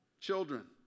children